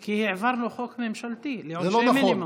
כי העברנו חוק ממשלתי לעונשי מינימום.